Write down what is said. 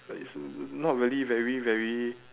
it's not really very very